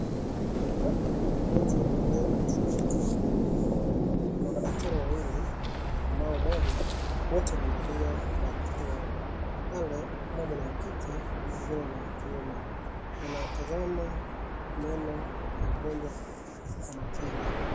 Hapa kuna mgonjwa ambaye anashughulikiwa meno. Kuna madaktari wawili ambao moja wote wamevalia barakoa. Pale mmoja niwa kike mwingine ni wa kiume. Wanatazama meno ya mgonjwa kwa makini.